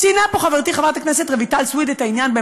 ציינה פה חברתי חברת הכנסת רויטל סויד את העניין,